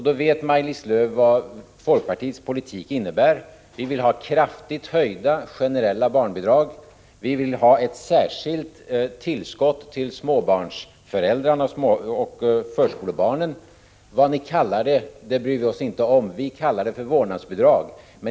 Då vet Maj-Lis Lööw vad folkpartiets politik innebär. Vi vill ha kraftigt höjda generella barnbidrag, vi vill ha ett särskilt tillskott till småbarnsoch förskolebarnsföräldrarna. Vad ni kallar det bryr vi oss inte om — vi kallar det för vårdnadsbidrag.